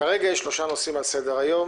כרגע יש שלושה נושאים על סדר-היום.